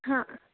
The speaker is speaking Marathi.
हां